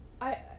I-